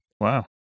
Wow